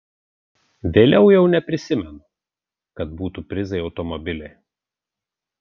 vėliau jau neprisimenu kad būtų prizai automobiliai